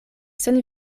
sen